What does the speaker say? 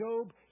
Job